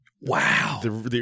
wow